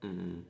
mm